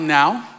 now